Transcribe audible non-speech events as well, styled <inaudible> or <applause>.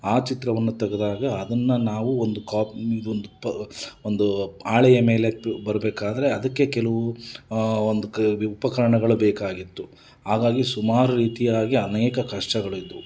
ಆ ಚಿತ್ರವನ್ನು ತೆಗೆದಾಗ ಅದನ್ನು ನಾವು ಒಂದು <unintelligible> ಒಂದು ಹಾಳೆಯ ಮೇಲೆ ಬರಬೇಕಾದ್ರೆ ಅದಕ್ಕೆ ಕೆಲವು ಒಂದು ಉಪಕರಣಗಳು ಬೇಕಾಗಿತ್ತು ಹಾಗಾಗಿ ಸುಮಾರು ರೀತಿಯಾಗಿ ಅನೇಕ ಕಷ್ಟಗಳು ಇದ್ದವು